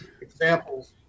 examples